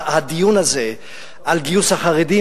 הדיון הזה על גיוס החרדים,